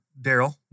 Daryl